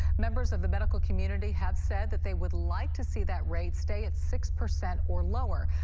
members of the medical community have said that they would like to see that rate stay at six percent or lower.